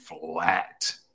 flat